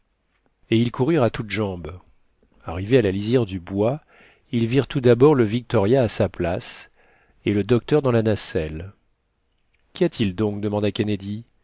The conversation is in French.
et ils coururent à toutes jambes arrivés à la lisière du bois ils virent tout d'abord le victoria à sa place et le docteur dans la nacelle qu'y a-t-il donc demanda